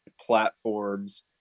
platforms